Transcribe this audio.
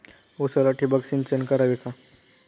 उसाला ठिबक सिंचन करावे का?